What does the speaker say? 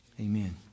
Amen